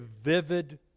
vivid